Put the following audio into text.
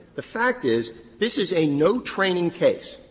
the fact is, this is a no-training case,